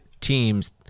teams